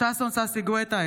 ששון ששי גואטה,